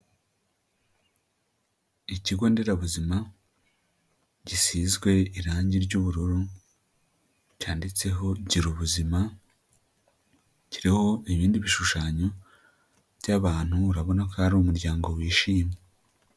Ikigo nderabuzima gisizwe irange ry'ubururu cyanditseho girubuzima, kiriho ibindi bishushanyo by'abantu urabona ko ari umuryango wishimye.